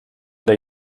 der